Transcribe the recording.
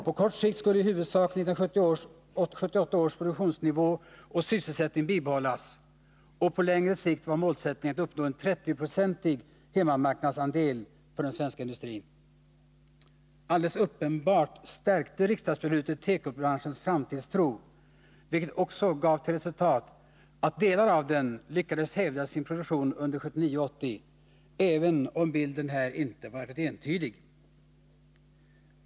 På kort sikt skulle 1978 års produktionsnivå och sysselsättning i huvudsak behållas, och på längre sikt var målsättningen att uppnå en 30-procentig hemmamarknad för den svenska industrin. Alldeles uppenbart stärkte riksdagsbeslutet tekobranschens framtidstro, vilket också resulterade i att delar av denna lyckades hävda sin produktion under 1979 och 1980, även om bilden här inte varit entydig.